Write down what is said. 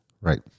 Right